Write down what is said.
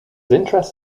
interests